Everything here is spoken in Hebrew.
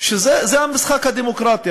שזה המשחק הדמוקרטי,